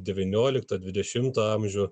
devynioliktą dvidešimtą amžių